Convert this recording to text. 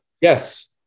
Yes